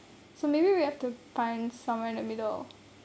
so maybe we have to find somewhere in the middle